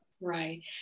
right